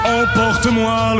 emporte-moi